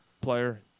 player